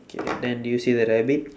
okay then did you see the rabbit